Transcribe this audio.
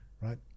right